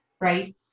right